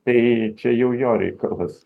tai čia jau jo reikalas